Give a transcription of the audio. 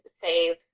save